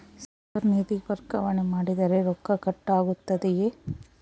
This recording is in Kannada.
ಸರ್ ನಿಧಿ ವರ್ಗಾವಣೆ ಮಾಡಿದರೆ ರೊಕ್ಕ ಕಟ್ ಆಗುತ್ತದೆಯೆ?